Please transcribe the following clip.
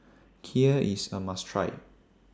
Kheer IS A must Try